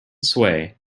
sway